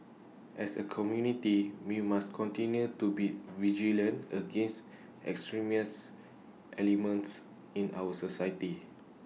as A community we must continue to be vigilant against extremist elements in our society